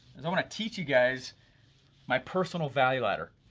is i wanna teach you guys my personal value ladder.